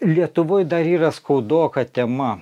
lietuvoj dar yra skaudoka tema